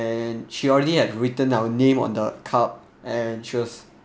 and she already had written our name on the cup and she was